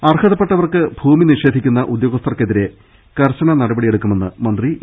അർഹതപ്പെട്ടവർക്ക് ഭൂമി നിഷേധിക്കുന്ന ഉദ്യോഗസ്ഥർക്കെതിരെ കർശന നടപടി സ്വീകരിക്കുമെന്ന് മന്ത്രി ഇ